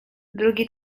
drugi